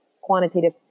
quantitative